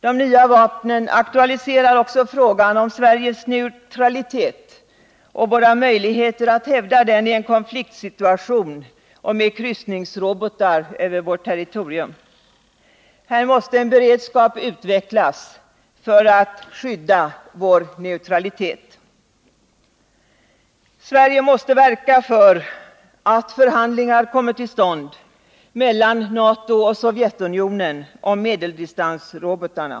De nya vapnen aktualiserar också frågan om Sveriges neutralitet och våra möjligheter att hävda den i en konfliktsituation och med kryssningsrobotar över vårt territorium. Här måste en beredskap utvecklas för att skydda vår neutralitet. Sverige måste verka för förhandlingar mellan NATO och Sovjetunionen om medeldistansrobotarna.